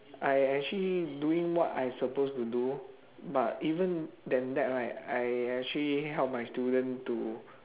I actually doing what I'm suppose to do but even then that right I actually help my student to